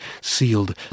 sealed